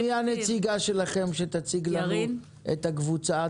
מי הנציגה שלכם שתציג לנו את הקבוצה?